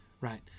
right